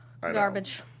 garbage